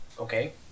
Okay